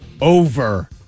over